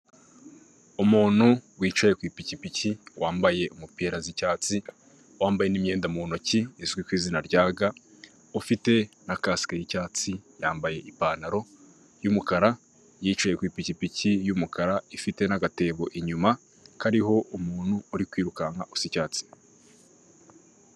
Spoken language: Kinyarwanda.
Umuntu wicaye ku ipikipiki wambaye umupirausa icyatsi wambaye imyenda mu ntoki izwi ku izina rya ga, ufite na kasike y'icyatsi yambaye ipantaro y'umukara yicaye ku ipikipiki y'umukara ifite n'agatebo inyuma kariho umuntu uri kwirukanka usa icyatsi.